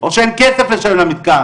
או שאין כסף לשלם למתקן.